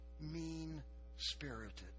mean-spirited